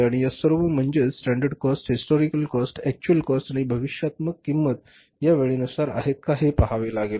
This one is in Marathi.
आणि या सर्व म्हणजेच standard cost historical cost actual cost आणि भविष्यात्मक किंमत या वेळेनुसार आहेत का हे पाहावे लागले